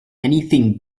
anything